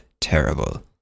terrible